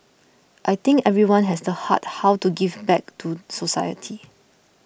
I think everyone has the heart how to give back to society